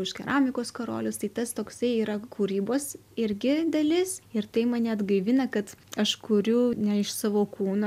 iš keramikos karolius tai tas toksai yra kūrybos irgi dalis ir tai mane atgaivina kad aš kuriu ne iš savo kūno